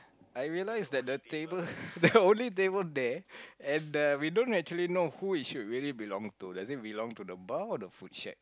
I realised that the table the only table there and the we don't actually really know who it should actually belong to does it belong to the bar or the food shag